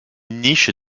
niche